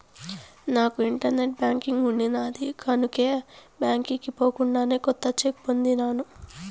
నాకు internet banking ఉండిన్నాది కనుకే బాంకీకి పోకుండానే కొత్త చెక్ బుక్ పొందినాను